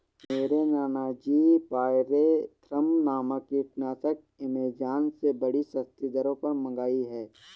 मेरे नाना जी ने पायरेथ्रम नामक कीटनाशक एमेजॉन से बड़ी सस्ती दरों पर मंगाई है